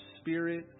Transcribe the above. spirit